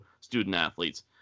student-athletes